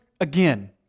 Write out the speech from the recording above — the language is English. again